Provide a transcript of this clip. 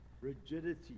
Rigidity